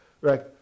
right